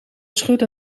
schudde